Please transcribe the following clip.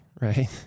right